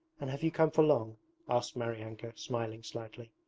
and have you come for long asked maryanka, smiling slightly.